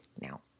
now